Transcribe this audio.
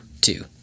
two